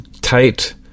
tight